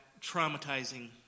traumatizing